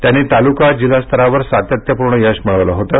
त्यांनी तालुका जिल्हा स्तरावर सातत्यपूर्ण यश मिळविलं होतं